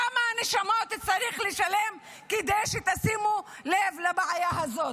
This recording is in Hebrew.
בכמה נשמות צריך לשלם כדי שתשימו לב לבעיה הזאת?